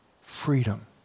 Freedom